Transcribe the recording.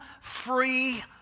free